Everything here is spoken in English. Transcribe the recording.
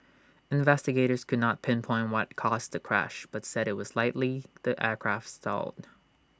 investigators could not pinpoint what caused the crash but said IT was likely that aircraft stalled